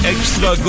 Extra